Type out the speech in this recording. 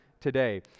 today